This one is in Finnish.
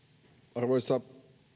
arvoisa